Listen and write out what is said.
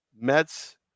Mets